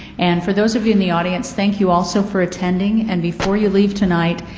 and for those of you in the audience, thank you also for attending. and before you leave tonight,